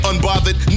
Unbothered